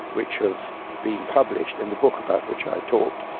which have been published in the book about which i talked,